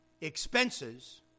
expenses